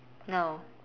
no